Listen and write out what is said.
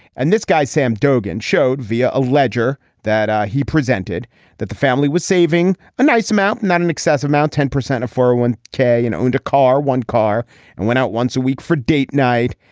and this guy sam dogan showed via a a ledger that he presented that the family was saving a nice amount not an excess amount ten percent of four one k and owned a car one car and went out once a week for date night.